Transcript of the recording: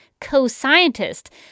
co-scientist